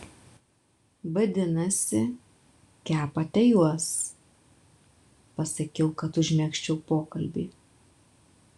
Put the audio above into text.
vadinasi kepate juos pasakiau kad užmegzčiau pokalbį